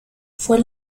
fue